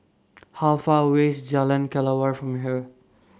How Far away IS Jalan Kelawar from here